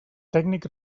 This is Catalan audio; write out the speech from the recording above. tècnic